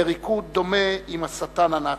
בריקוד דומה עם השטן הנאצי.